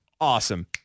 awesome